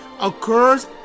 occurs